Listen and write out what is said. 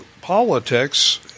politics